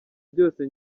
byose